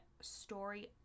story